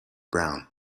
brown